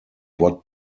what